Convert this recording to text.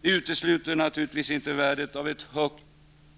Det utesluter naturligtvis inte värdet av ett högt